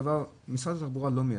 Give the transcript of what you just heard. משרד התחבורה לא מייצר,